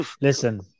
listen